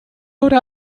heute